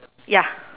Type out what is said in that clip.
ya